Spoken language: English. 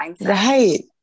Right